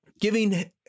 giving